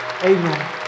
Amen